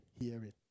hearing